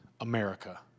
America